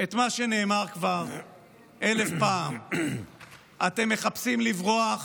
את מה שנאמר כבר אלף פעם: אתם מחפשים לברוח